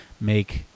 make